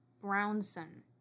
Brownson